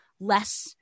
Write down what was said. less-